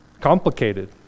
complicated